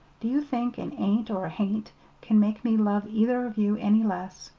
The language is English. do you think an ain't or a hain't can make me love either of you any less?